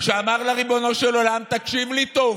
ואמר לריבונו של עולם, תקשיב לי טוב,